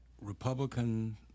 Republican